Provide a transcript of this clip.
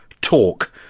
talk